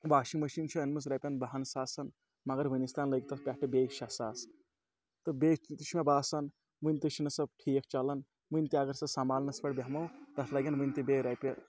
washing machine چھِ أنمٕژ رۄپیَن بَہَن ساسَن مگر وٕنیُک تانۍ لٔگۍ تَتھ پٮ۪ٹھٕ بیٚیہِ شیےٚ ساس تہٕ بیٚیہِ تہِ چھِ مےٚ باسان وٕنہِ تہِ چھَنہٕ سۄ ٹھیٖک چَلان وٕنہِ تہِ اگر سۄ سنبھالنَس پٮ۪ٹھ بہمو تَتھ لَگن وٕنہِ تہِ بیٚیہِ رۄپیہِ